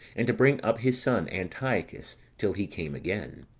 and to bring up his son, antiochus, till he came again.